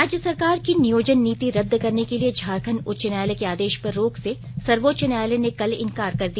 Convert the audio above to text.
राज्य सरकार की नियोजन नीति रदद करने के झारखंड उच्च न्यायालय के आदेश पर रोक से सर्वोच्च न्यायालय ने कल इनकार कर दिया